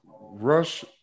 rush